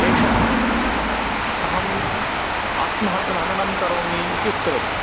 एषा अहम् आत्महननं करोमि इति उक्तवती